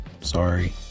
sorry